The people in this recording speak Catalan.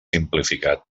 simplificat